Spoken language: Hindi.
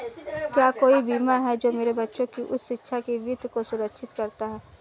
क्या कोई बीमा है जो मेरे बच्चों की उच्च शिक्षा के वित्त को सुरक्षित करता है?